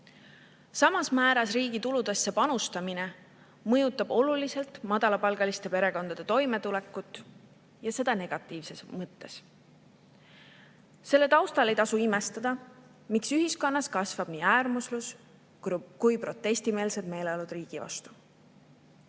Samas määras riigi tuludesse panustamine mõjutab oluliselt madalapalgaliste perekondade toimetulekut ja seda negatiivses mõttes. Selle taustal ei tasu imestada, miks ühiskonnas kasvab nii äärmuslus kui ka protestimeelsed meeleolud riigi vastu. Eesti